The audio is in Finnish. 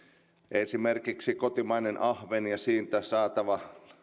esimerkiksi kotimainen ahven ja siitä saatava